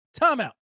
Timeout